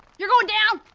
you're going down!